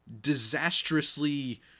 disastrously